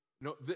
No